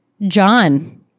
John